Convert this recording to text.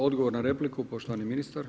Odgovor na repliku poštovani ministar.